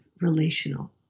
relational